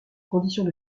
conditions